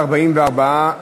44 בעד,